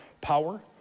power